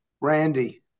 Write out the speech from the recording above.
Randy